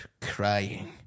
crying